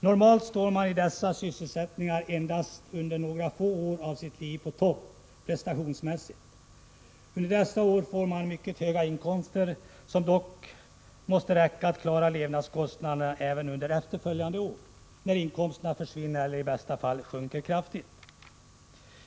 Normalt står man i dessa sysselsättningar på topp prestationsmässigt endast under några få år av sitt liv. Under dessa år har man mycket höga inkomster, som dock måste räcka till levnadskostnaderna även under efterföljande år, när inkomsterna försvinner eller i bästa fall sjunker kraftigt.